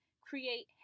Create